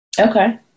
Okay